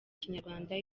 ikinyarwanda